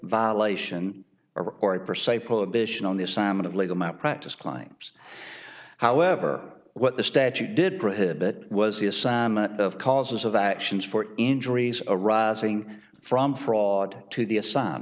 violation or for say prohibition on the assignment of legal malpractise claims however what the statute did prohibit was the assignment of causes of actions for injuries arising from fraud to the assigne